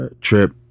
Trip